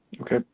Okay